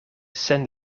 sen